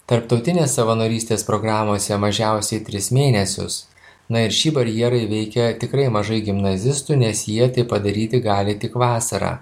tarptautinės savanorystės programose mažiausiai tris mėnesius na ir šį barjerą įveikia tikrai mažai gimnazistų nes jie tai padaryti gali tik vasarą